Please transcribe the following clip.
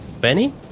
Benny